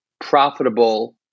profitable